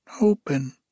Open